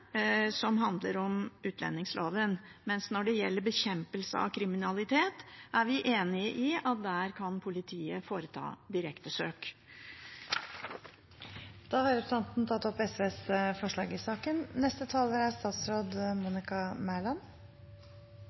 som handler om utlendingsloven. Når det gjelder bekjempelse av kriminalitet, er vi enig i at der kan politiet foreta direktesøk. Representanten Karin Andersen har tatt opp